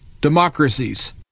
democracies